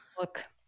Look